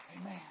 Amen